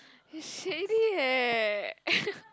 it's shady eh